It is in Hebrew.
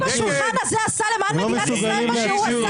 מישהו בשולחן הזה עשה למען מדינת ישראל מה שהוא עשה?